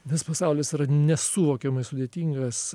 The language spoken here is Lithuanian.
nes pasaulis yra nesuvokiamai sudėtingas